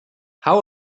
how